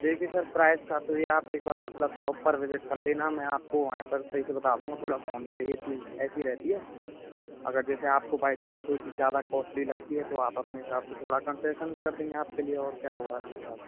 देखिए sir price का तो यह है आप एक बार मतलब शॉप पर विज़िट कर लेना मैं आपको वहाँ पर सही से बता दूँगा थोड़ा फोन पर यह चीज़ ऐसी रहती है अगर जैसे आपको बाय चांस कोई चीज़ ज़्यादा कॉस्ट्ली लगती है तो आप अपने हिसाब से थोड़ा कन्सेशन कर देंगे आपके लिए और क्या होगा इसके अलावा